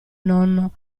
nonno